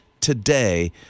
today